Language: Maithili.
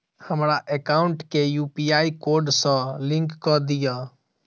हमरा एकाउंट केँ यु.पी.आई कोड सअ लिंक कऽ दिऽ?